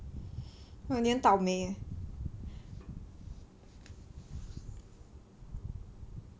!wah! 你很倒霉